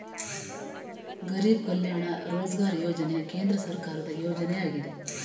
ಗರಿಬ್ ಕಲ್ಯಾಣ ರೋಜ್ಗಾರ್ ಯೋಜನೆ ಕೇಂದ್ರ ಸರ್ಕಾರದ ಯೋಜನೆಯಾಗಿದೆ